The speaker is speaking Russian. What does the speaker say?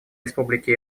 республики